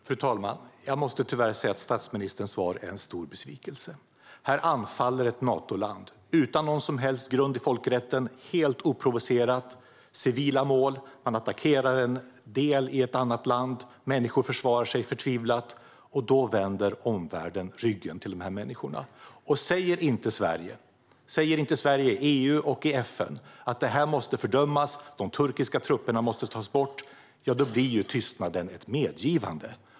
Fru talman! Jag måste tyvärr säga att statsministerns svar är en stor besvikelse. Här anfaller ett Natoland utan någon som helst grund i folkrätten helt oprovocerat civila mål. Man attackerar en del av ett annat land. Människor försvarar sig förtvivlat. Då vänder omvärlden ryggen till dessa människor. Säger inte Sverige i EU och i FN att det här måste fördömas och de turkiska trupperna tas bort, ja, då blir tystnaden ett medgivande.